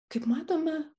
kaip matome